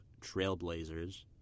Trailblazers